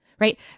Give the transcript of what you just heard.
right